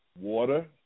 water